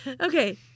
Okay